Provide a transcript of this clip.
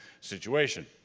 situation